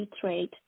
trade